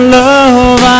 love